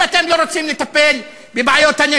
(בערבית: עזבו אותנו לנפשנו.) אם אתם לא רוצים לטפל בבעיות הנשק,